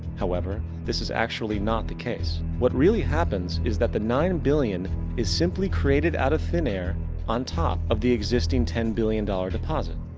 however, this is actually not the case. what really happens, is that the nine billion is simply created out of thin air on top of the existing ten billion dollar deposit.